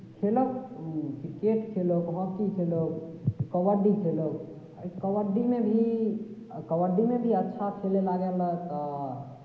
खेलौक ई क्रिकेट खेलौक हॉकी खेलौक कबड्डी खेलौक कबड्डीमे भी कबड्डीमे भी अच्छा खेलय लागलक तऽ